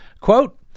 Quote